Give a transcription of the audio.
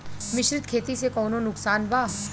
मिश्रित खेती से कौनो नुकसान बा?